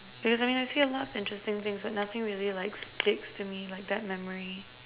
I see a lot interesting things but nothing really like sticks to me like that memory